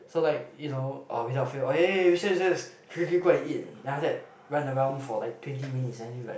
so like you know uh without fail eh recess recess quickly go and eat then after that run around for like twenty minutes and you like